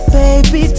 baby